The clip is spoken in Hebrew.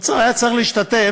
האוצר היה צריך להשתתף,